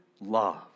love